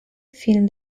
fin